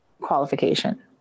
qualification